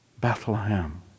Bethlehem